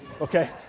Okay